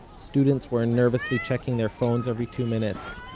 students were nervously checking their phones every two minutes.